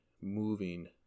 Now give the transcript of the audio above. moving